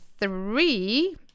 three